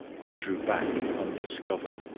i drew back undiscovered,